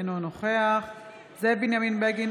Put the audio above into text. אינו נוכח זאב בנימין בגין,